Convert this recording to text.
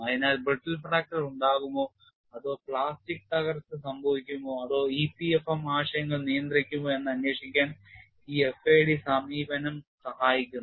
അതിനാൽ brittle fracture ഉണ്ടാകുമോ അതോ പ്ലാസ്റ്റിക് തകർച്ച സംഭവിക്കുമോ അതോ EPFM ആശയങ്ങൾ നിയന്ത്രിക്കുമോ എന്ന് അന്വേഷിക്കാൻ ഈ FAD സമീപനം സഹായിക്കുന്നു